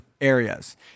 areas